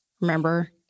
Remember